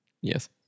Yes